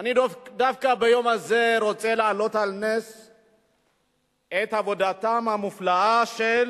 דווקא ביום הזה אני רוצה להעלות על נס את עבודתה המופלאה של